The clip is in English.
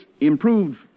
improved